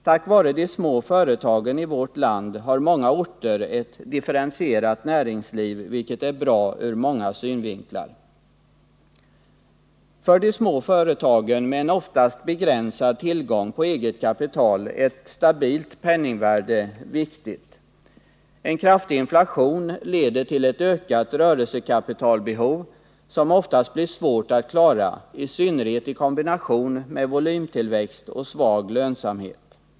Tack vare de små företagen i vårt land har många orter ett differentierat näringsliv, vilket är bra ur många synvinklar. För de små företagen med en oftast begränsad tillgång på eget kapital är ett stabilt penningvärde viktigt. En kraftig inflation leder till ett ökat rörelsekapitalbehov, som oftast blir svårt att klara, i synnerhet i kombination med volymtillväxt och svag lönsamhet.